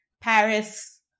Paris